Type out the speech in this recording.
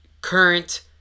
current